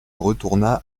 retourna